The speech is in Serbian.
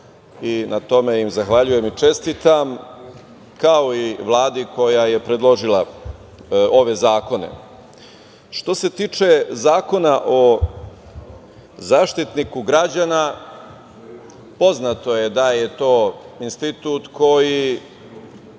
i na tome im zahvaljujem i čestitam, kao i Vladi koja je predložila ove zakone. Što se tiče Zakona o zaštitniku građana poznato je da je to institut koji